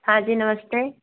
हाँ जी नमस्ते